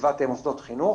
בסביבת מוסדות חינוך